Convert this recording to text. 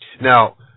Now